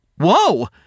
Whoa